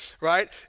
Right